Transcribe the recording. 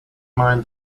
mind